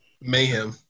Mayhem